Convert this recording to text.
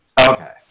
Okay